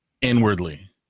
inwardly